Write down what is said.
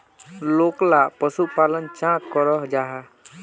लोकला पशुपालन चाँ करो जाहा?